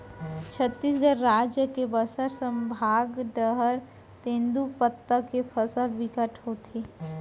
छत्तीसगढ़ राज के बस्तर संभाग डहर तेंदूपत्ता के फसल बिकट के होथे